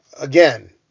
again